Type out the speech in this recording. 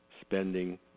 spending